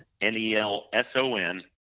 N-E-L-S-O-N